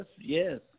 yes